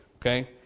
okay